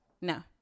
No